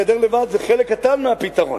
הגדר לבדה זה חלק קטן מהפתרון,